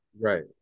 Right